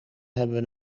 hebben